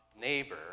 neighbor